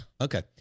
Okay